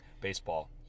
Baseball